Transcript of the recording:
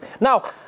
Now